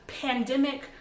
pandemic